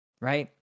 Right